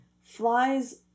flies